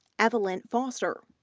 evelyn foster.